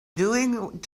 doing